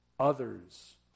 others